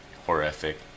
Horrific